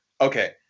okay